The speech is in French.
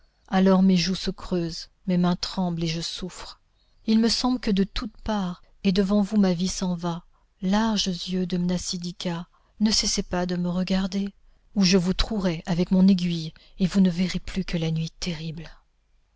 alors mes joues se creusent mes mains tremblent et je souffre il me semble que de toutes parts et devant vous ma vie s'en va larges yeux de mnasidika ne cessez pas de me regarder ou je vous trouerai avec mon aiguille et vous ne verrez plus que la nuit terrible